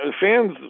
fans